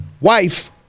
wife